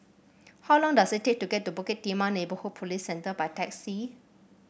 how long does it take to get to Bukit Timah Neighbourhood Police Centre by taxi